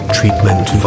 Treatment